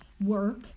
work